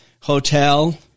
hotel